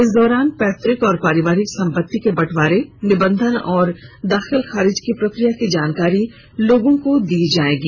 इस दौरान पैतुक और पारिवारिक संपत्ति के बंटवारे निबंधन एवं दाखिल खारिज की प्रकिया की जानकारी लोगों को दी जायेगी